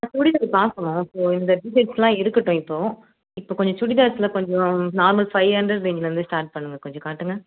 சுடிதார் பார்க்கணும் ஸோ இந்த டீ ஷர்ட்ஸ்லாம் இருக்கட்டும் இப்போது இப்போ கொஞ்சம் சுடிதார்ஸ்லாம் கொஞ்சம் நார்மல் ஃபைவ் ஹண்ட்ரட் ரேஞ்சுலேருந்து ஸ்டார்ட் பண்ணுங்க கொஞ்சம் காட்டுங்க